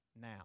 now